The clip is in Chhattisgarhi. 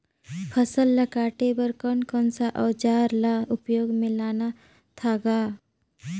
फसल ल काटे बर कौन कौन सा अउजार ल उपयोग में लानथा गा